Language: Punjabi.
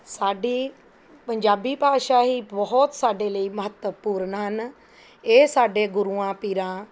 ਸਾਡੀ ਪੰਜਾਬੀ ਭਾਸ਼ਾ ਹੀ ਬਹੁਤ ਸਾਡੇ ਲਈ ਮਹੱਤਵਪੂਰਨ ਹੈ ਇਹ ਸਾਡੇ ਗੁਰੂਆਂ ਪੀਰਾਂ